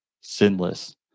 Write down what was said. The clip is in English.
sinless